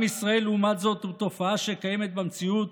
לעומת זאת, עם ישראל הוא תופעה שקיימת במציאות